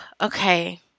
Okay